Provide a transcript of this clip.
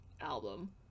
album